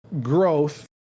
growth